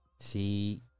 see